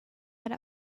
had